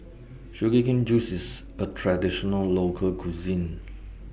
Sugar Cane Juice IS A Traditional Local Cuisine